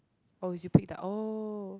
oh is you picked oh